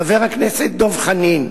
חבר הכנסת דב חנין,